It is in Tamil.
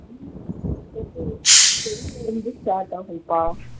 டென்லேர்ந்து ஸ்டார்ட் ஆகுங்க்கா